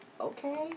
Okay